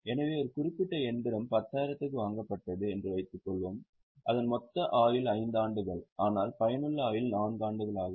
எனவே ஒரு குறிப்பிட்ட இயந்திரம் 10000 க்கு வாங்கப்பட்டது என்று வைத்துக்கொள்வோம் அதன் மொத்த ஆயுள் 5 ஆண்டுகள் ஆனால் பயனுள்ள ஆயுள் 4 ஆண்டுகள் ஆகும்